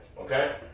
okay